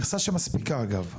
זו מכסה שמספיקה אגב?